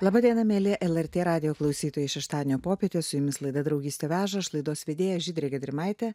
laba diena mieli lrt radijo klausytojai šeštadienio popietę su jumis laida draugystė veža aš laidos vedėja žydrė gedrimaitė